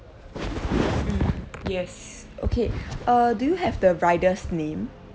mm yes okay err do have the rider's name